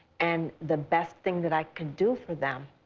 and the best thing that i could do for them